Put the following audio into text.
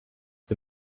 the